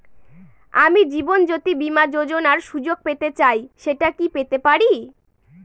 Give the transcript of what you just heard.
আমি জীবনয্যোতি বীমা যোযোনার সুযোগ পেতে চাই সেটা কি পেতে পারি?